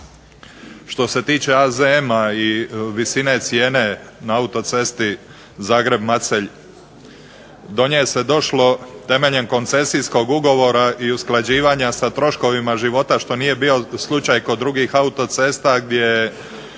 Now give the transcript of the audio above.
Što se tiče AZM-a i visine cijene na autocesti Zagreb-Macelj, do nje se došlo temeljem koncesijskog ugovora i usklađivanja sa troškovima života što nije bio slučaj kod drugih autocesta gdje je